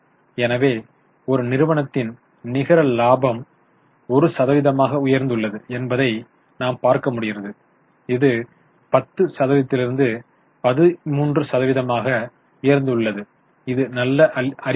எனவே ஒரு நிறுவனத்தின் நிகர லாபம் ஒரு சதவீதமாக உயர்ந்துள்ளது என்பதை நாம் பார்க்க முடிகிறது இது 10 சதவீதத்திலிருந்து 13 சதவீதமாக உயர்ந்துள்ளது இது ஒரு நல்ல அறிகுறியா